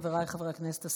חבריי חברי הכנסת,